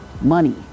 money